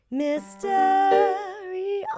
mystery